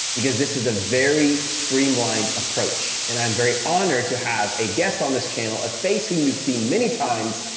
because this is a very streamlined approach and i'm very honored to have a guest on this channel, a face whom you've seen many times,